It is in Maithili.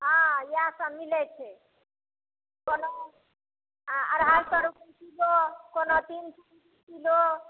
हँ इएहसभ मिलै छै कोनो अढ़ाइ सए रुपैए किलो कोनो तीन सए रुपैए किलो